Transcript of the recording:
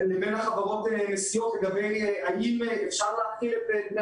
חברות הנסיעות האם אפשר להחיל את דמי